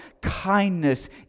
kindness